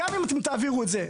גם אם אתם תעבירו את זה.